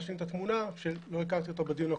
להשלים את התמונה שלא הכרתי אותה בדיון הקודם.